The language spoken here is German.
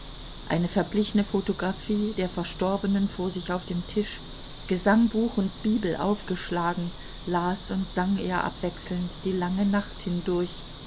eine verblichene photographie der verstorbenen vor sich auf dem tisch gesangbuch und bibel aufgeschlagen las und sang er abwechselnd die lange nacht hindurch